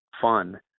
fun